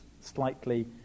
slightly